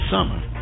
Summer